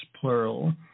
plural